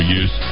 use